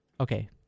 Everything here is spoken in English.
Okay